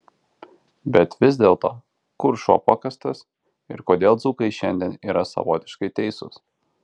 bet vis dėlto kur šuo pakastas ir kodėl dzūkai šiandien yra savotiškai teisūs